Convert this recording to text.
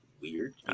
weird